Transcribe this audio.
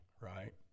right